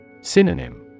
Synonym